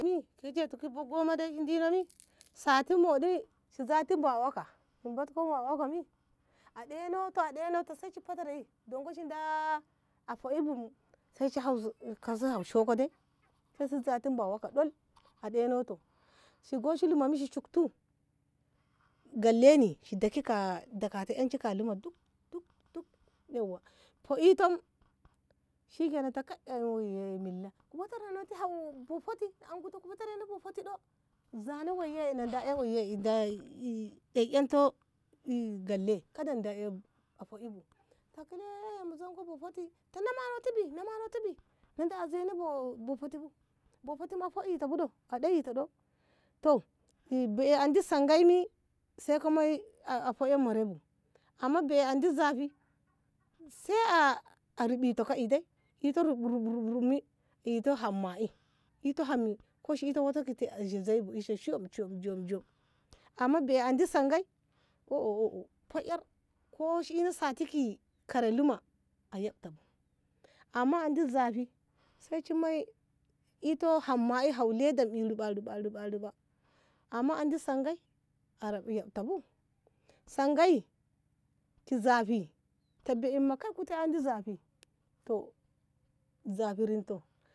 mi ki kejoti ki goma dai shi dino mi sati mohɗi shi zata a bo waha waka shi zatko ga hawa waka mi a ɗino to a ɗeino to sai shi fatre mi don go shi da ho'e bu sai shi kasi ham shoko dai sai shi zati hawa waka a ɗeinoto shi goshi luma e shi shukti gelle ni shi dakate enshi ka luma duk duk ho'ito shikenan ta am milla ku fatrenoti haw hoti in anko ta ku fatre no ti a bo hoti toh zano woi e in da ei woiye inda in ɗei ento gyalle kada a ho'ibu ta kile mu zanko bo hoti ta namanoti bi namanoti bi nanta a zena bo hoti bu bo hoti me a ho'i to bu ɗo a ɗayi toh toh bei andi sange me sai ka moyi a ho'a marai bu amma bei andi zafi sai a rubi to ka'i ito rub rub mi ito ham ma'i ito ham'e ko shi iko woto ki te a ishe zei bu shobjobjob amma bei andi sange oh oh fa'er ko shi ina sati ki kare miya a yabta bu amma andi zafi sai shi moi ito ham ma'e hawo leda ma'i ruba ruba ruba amma andi sange a yabta bu sange ki zafi te be'in ma kai kute bei an zafi toh zafi rinto